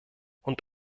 und